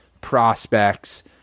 prospects